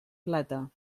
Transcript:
plata